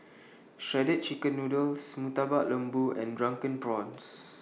Shredded Chicken Noodles Murtabak Lembu and Drunken Prawns